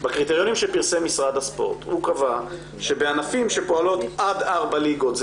בקריטריונים שפרסם משרד הספורט הוא קבע שבענפים שפועלות עד ארבע ליגות זה